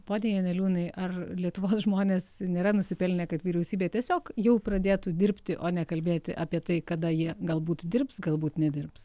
pone janeliūnai ar lietuvos žmonės nėra nusipelnę kad vyriausybė tiesiog jau pradėtų dirbti o ne kalbėti apie tai kada jie galbūt dirbs galbūt nedirbs